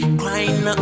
crying